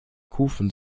kufen